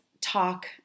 talk